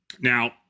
Now